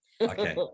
okay